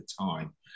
time